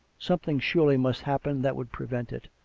some thing surely must happen that would prevent it.